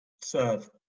serve